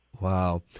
Wow